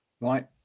right